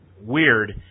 weird